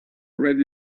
red